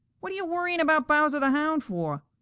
what are you worrying about bowser the hound for?